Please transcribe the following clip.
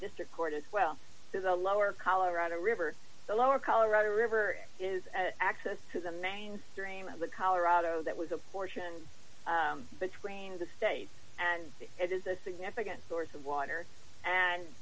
district court as well is a lower colorado river the lower colorado river is access has a main stream but colorado that was a portion between the state and it is a significant source of water and